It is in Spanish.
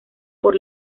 por